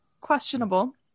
questionable